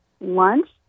lunch